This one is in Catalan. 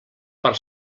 per